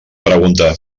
pregunta